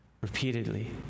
repeatedly